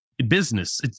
Business